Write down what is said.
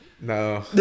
no